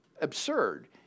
absurd